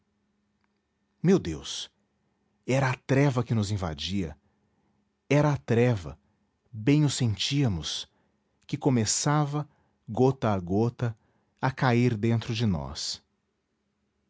meu deus era a treva que nos invadia era a treva bem o sentíamos que começava gota a gota a cair dentro de nós